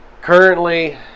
currently